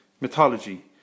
mythology